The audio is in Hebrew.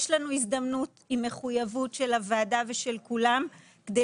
יש לנו הזדמנות עם מחויבות של הוועדה ושל כולם כדי